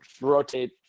rotate